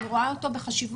אני רואה אותו בחשיבות.